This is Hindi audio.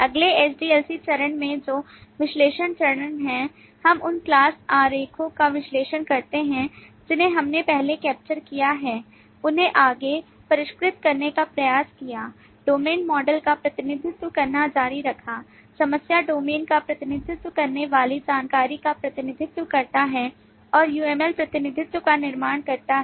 अगले SDLC चरण में जो विश्लेषण चरण है हम उन class आरेखों का विश्लेषण करते हैं जिन्हें हमने पहले कैप्चर किया है उन्हें आगे परिष्कृत करने का प्रयास किया डोमेन मॉडल का प्रतिनिधित्व करना जारी रखा समस्या डोमेन का प्रतिनिधित्व करने वाली जानकारी का प्रतिनिधित्व करता है और UML प्रतिनिधित्व का निर्माण करता है